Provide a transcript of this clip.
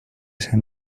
ese